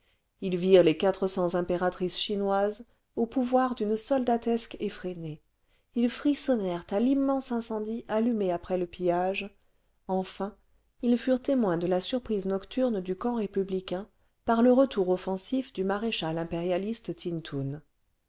ils virent les quatre cents impératrices chinoises au pouvoir d'une soldatesque effrénée ils frissonnèrent à l'immense incendie allumé après le pillage enfin ils furent témoins de la surprise nocturne du camp républicain par le retour offensif du maréchal impérialiste tin tun